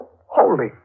Holy